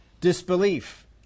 Disbelief